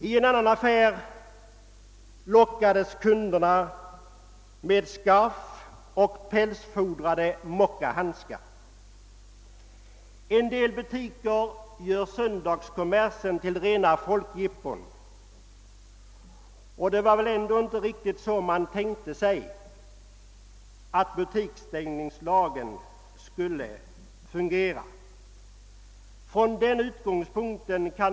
I en annan affär lockas kunderna med scarves och pälsfodrade mockahandskar. En del butiker gör söndagskommersen till rena folkjippon, och det var väl ändå inte så butikstängningslagen var tänkt att fungera.